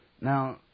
Now